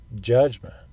judgment